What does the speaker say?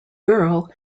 girl